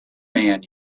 man